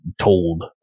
told